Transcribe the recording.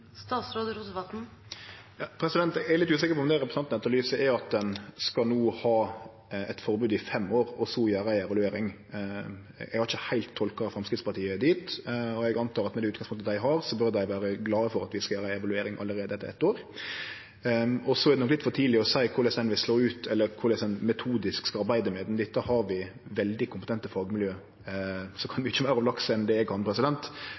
Eg er litt usikker på om det representanten etterlyser, er at ein no skal ha eit forbod i fem år og så skal gjere ei evaluering. Eg har ikkje heilt tolka Framstegspartiet dit, og eg eg antar at med det utgangspunktet dei har, bør dei vere glade for at vi skal gjere evaluering allereie etter eitt år. Så er det nok litt for tidleg å seie korleis ein metodisk skal arbeide med det. Dette har vi veldig kompetente fagmiljø – som kan mykje meir om laks enn det eg kan